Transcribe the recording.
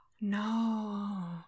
No